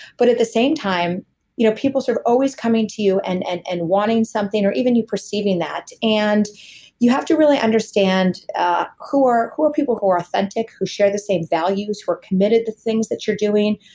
but at the same time you know people sort of always coming to you and and and wanting something or even you perceiving that and you have to really understand ah who are who are people who are authentic, who share the same values, who are committed to things that you're doing.